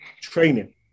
training